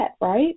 right